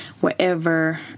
wherever